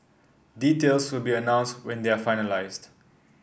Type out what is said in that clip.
details will be announced when they are finalised